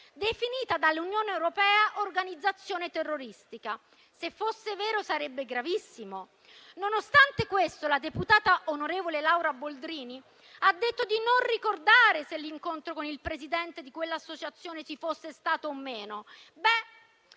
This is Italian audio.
definita dall'Unione europea organizzazione terroristica. Se fosse vero, sarebbe gravissimo. Nonostante questo, la deputata onorevole Laura Boldrini ha detto di non ricordare se l'incontro con il presidente di quella associazione ci fosse stato o meno.